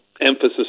emphasis